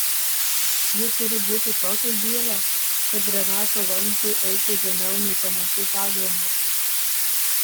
ji turi būti tokio gylio kad drenažo vamzdžiai eitų žemiau nei pamatų pagrindas